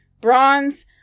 bronze